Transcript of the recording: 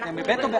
ב-(ב).